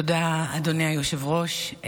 תודה, אדוני היושב-ראש.